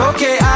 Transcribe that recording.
Okay